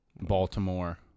Baltimore